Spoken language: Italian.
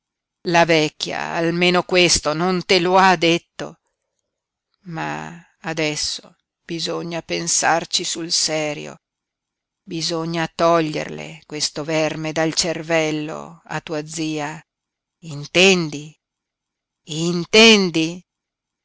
la vecchia almeno questo non te lo ha detto ma adesso bisogna pensarci sul serio bisogna toglierle questo verme dal cervello a tua zia intendi intendi